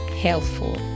helpful